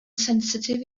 sensitif